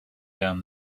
down